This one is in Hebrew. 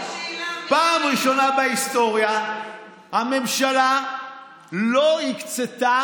פעם ראשונה בהיסטוריה הממשלה לא הקצתה